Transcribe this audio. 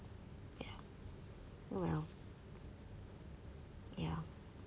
ya oh well ya